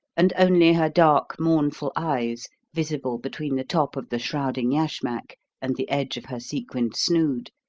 and only her dark, mournful eyes visible between the top of the shrouding yashmak and the edge of her sequined snood,